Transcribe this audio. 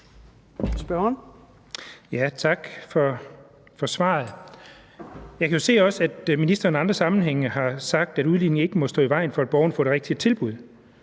Tak for svaret. Jeg kan se, at ministeren også i andre sammenhænge har sagt, at udligningen ikke må stå i vejen for, at borgeren får det rigtige tilbud,